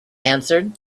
answered